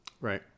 Right